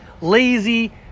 lazy